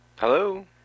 Hello